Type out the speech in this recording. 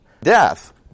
death